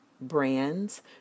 brands